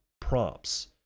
prompts